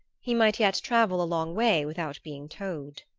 he might yet travel a long way without being towed.